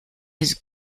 his